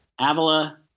Avila